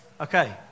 Okay